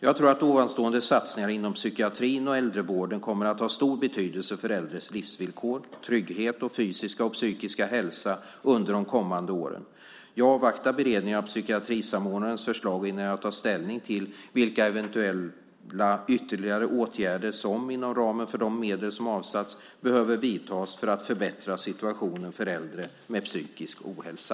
Jag tror att ovanstående satsningar inom psykiatrin och äldrevården kommer att ha stor betydelse för äldres livsvillkor, trygghet och fysiska och psykiska hälsa under de kommande åren. Jag vill avvakta beredningen av psykiatrisamordnarens förslag innan jag tar ställning till vilka eventuella ytterligare åtgärder som, inom ramen för de medel som avsatts, behöver vidtas för att förbättra situationen för äldre med psykisk ohälsa.